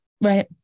Right